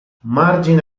margine